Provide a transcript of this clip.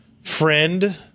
friend